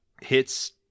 Hits